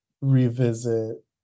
revisit